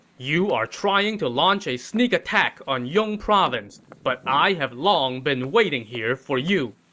you are trying to launch a sneak attack on yong province, but i have long been waiting here for you!